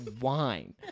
wine